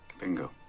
Bingo